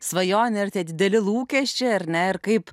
svajonė ir tie dideli lūkesčiai ar ne ir kaip